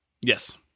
Yes